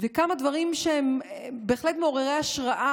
וכמה דברים שהם בהחלט מעוררי השראה,